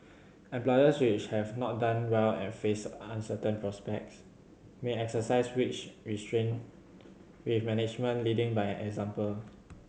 employers which have not done well and face uncertain prospects may exercise wage restraint with management leading by example